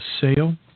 sale